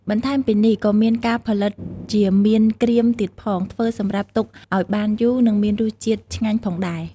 បន្ថែមពីនេះ ក៏មានការផលិតជាមៀនក្រៀមទៀតផង ធ្វើសម្រាប់ទុកឱ្យបានយូរ និង មានរសជាតិឆ្ងាញ់ផងដែរ។